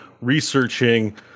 researching